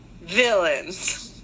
villains